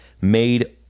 made